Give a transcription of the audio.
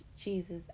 Jesus